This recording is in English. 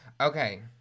Okay